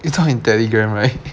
it's not in Telegram right